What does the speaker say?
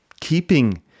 keeping